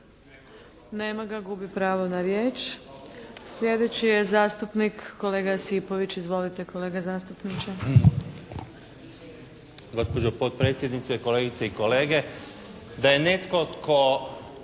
Nema ga. Gubi pravo na riječ. Sljedeći je zastupnik kolega Josipović. Izvolite kolega zastupniče! **Josipović, Ivo (Nezavisni)** Gospođo potpredsjednice, kolegice i kolege! Da je netko tko